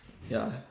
ya